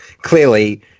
clearly